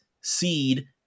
seed